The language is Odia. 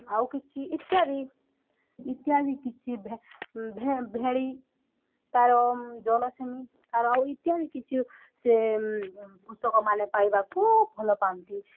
ଆଉ କିଛି ଇତ୍ୟାଦି ଇତ୍ୟାଦି କିଛି ଭେଡ଼ି ତା'ର ଜଳସେମୀ ତା'ର ଆଉ ଇତ୍ୟାଦି କିଛି ସେ କୃଷକମାନେ ପାଇବାକୁ ଭଲ ପାଆନ୍ତି